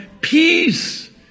peace